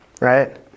right